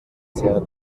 sehr